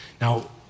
Now